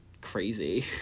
crazy